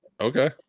Okay